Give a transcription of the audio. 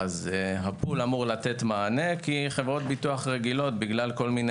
הפול אמור לתת מענה כי חברות ביטוח רגילות בגלל כל מיני